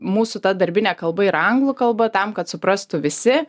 mūsų ta darbinė kalba yra anglų kalba tam kad suprastų visi